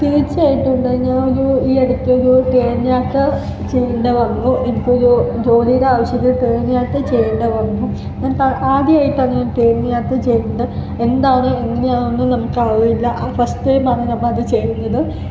തീര്ച്ചയായിട്ടും ഞാന് ഒരു ഈ അടുത്തൊരു ട്രൈയിന് യാത്ര ചെയ്യേണ്ടി വന്നു എനിക്കൊരു ജോലീടെ ആവശ്യത്തിന് ട്രെയിന് യാത്ര ചെയ്യേണ്ടി വന്നു ഞാൻ അപ്പം ആദ്യമായിട്ടാണ് ട്രെയിന് യാത്ര ചെയ്തത് എന്താണ് എങ്ങനെയാന്നൊന്നും എനിക്കറിയില്ല ഫസ്റ്റ് ടൈമാണ് ഞാനപ്പം അത് ചെയ്തത്